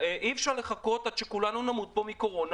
אי אפשר לחכות עד שכולנו נמות פה מקורונה